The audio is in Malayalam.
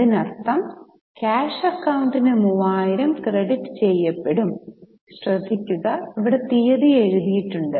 അതിനർത്ഥം ക്യാഷ് അക്കൌണ്ടിന് 3000 ക്രെഡിറ്റ് ചെയ്യപ്പെടും ശ്രദ്ദിക്കുക ഇവിടെ തീയതി എഴുതിയിട്ടുണ്ട്